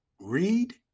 read